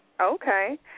Okay